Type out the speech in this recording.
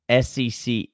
SEC